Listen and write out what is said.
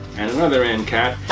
and another endcap.